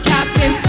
Captain